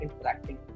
interacting